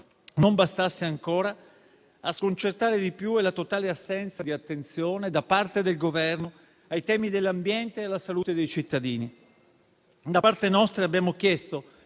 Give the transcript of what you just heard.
non bastasse ancora, a sconcertare di più è la totale assenza di attenzione da parte del Governo ai temi dell'ambiente e della salute dei cittadini. Da parte nostra abbiamo chiesto